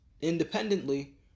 Independently